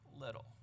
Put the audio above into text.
little